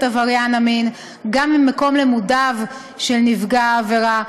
עבריין המין גם ממקום לימודיו של נפגע העבירה,